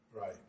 Right